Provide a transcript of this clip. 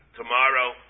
tomorrow